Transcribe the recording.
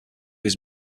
his